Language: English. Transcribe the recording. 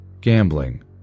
Gambling